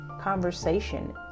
conversation